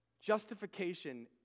Justification